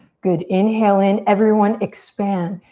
good, inhale in. everyone expand.